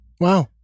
Wow